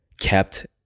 kept